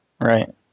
Right